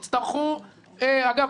אגב,